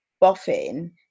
Boffin